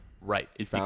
right